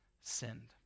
sinned